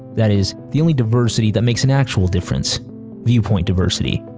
that is, the only diversity that makes an actual difference viewpoint diversity.